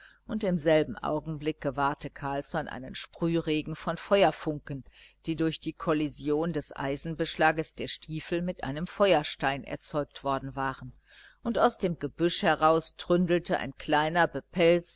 und im selben augenblick gewahrte carlsson einen sprühregen von feuerfunken die durch die kollision des eisenbeschlages des stiefels mit einem feuerstein erzeugt worden waren und aus dem gebüsch heraus tründelte ein kleiner